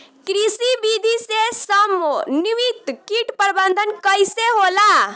कृषि विधि से समन्वित कीट प्रबंधन कइसे होला?